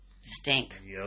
Stink